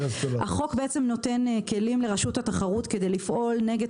החוק נותן כלים לרשות התחרות לפעול כנגד